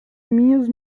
minhas